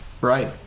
right